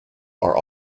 are